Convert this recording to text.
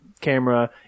camera